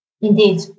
Indeed